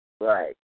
Right